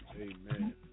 Amen